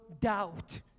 doubt